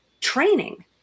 training